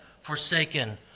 forsaken